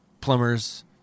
plumbers